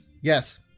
Yes